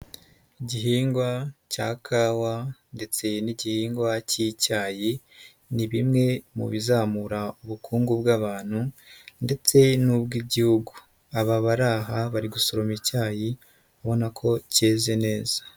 Igihingwa cya kawa ndetse n'igihingwa k'icyayi ni bimwe mu bizamura ubukungu bw'abantu ndetse n'ubw'igihugu. Aba bari aha bari gusoroma icyayi, ubona ko keze neza.